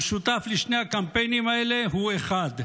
המשותף לשני הקמפיינים האלה הוא אחד: